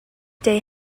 they